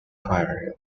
inquiry